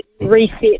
reset